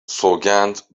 سوگند